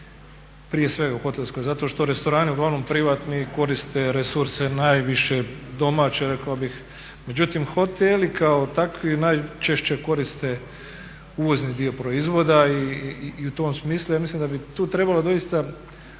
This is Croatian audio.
prije svega u hotelskoj zato što restorani uglavnom privatni koriste resurse najviše domaće rekao bih. Međutim, hoteli kao takvi najčešće koriste uvozni dio proizvoda i u tom smislu ja mislim da bi tu trebalo doista